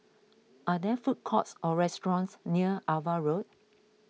are there food courts or restaurants near Ava Road